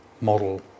model